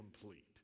complete